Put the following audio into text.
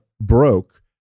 broke